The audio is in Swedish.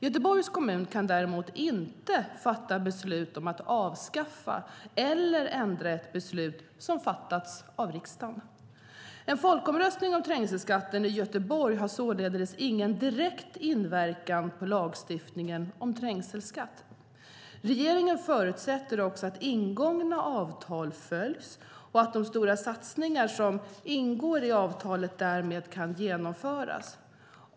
Göteborgs kommun kan däremot inte fatta beslut om att avskaffa eller ändra ett beslut som fattats av riksdagen. En folkomröstning om trängselskatten i Göteborg har således ingen direkt inverkan på lagstiftningen om trängselskatt. Regeringen förutsätter också att ingångna avtal följs och att de stora satsningar som ingår i avtalet därmed kan genomföras.